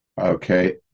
okay